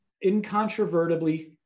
incontrovertibly